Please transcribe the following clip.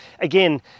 again